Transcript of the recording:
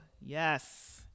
yes